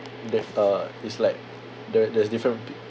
they uh it's like there there's different pe~